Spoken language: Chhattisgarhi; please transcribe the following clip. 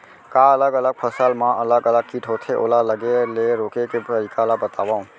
का अलग अलग फसल मा अलग अलग किट होथे, ओला लगे ले रोके के तरीका ला बतावव?